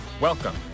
welcome